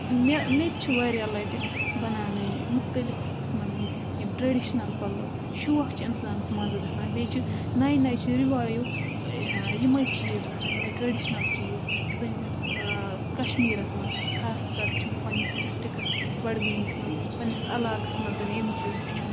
مےٚ مےٚ تہِ چھِ واریاہ لَٹہِ بَناونٲومٕتۍ مُختلِف قٕسمَن ہٕنٛدۍ یِم ٹرٛیڈِشنَل پَلو شوق چھُ اِنسانَس منٛزٕ گَژھان بیٚیہِ چھُ نَیہِ نَیہِ چھِ رِوایِو یِمَے چیٖز گژھان یِمَے ٹرٛیڈِشنَل چیٖز سٲنِس کَشمیٖرَس منٛز خاص کَر چھُ مےٚ پنٕنِس ڈِسٹرکَس بَڈگٲمِس منٛز پَنٕنِس عَلاقَس منٛز یِم چیٖز وُچھمٕتۍ